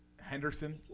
Henderson